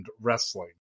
wrestling